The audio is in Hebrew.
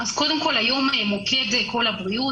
אז קודם כל היום מוקד 'קול הבריאות',